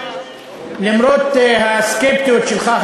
למרות הסקפטיות שלך,